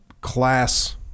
class